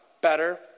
better